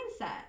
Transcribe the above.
mindset